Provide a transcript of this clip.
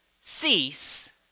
cease